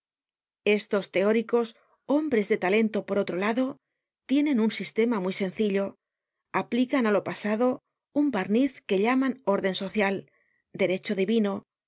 estos teóricos hombres de talento por otro lado tienen un sistema muy sencillo aplican á lo pasado un barniz que llaman órden social derecho divino